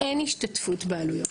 אין השתתפות בעלויות.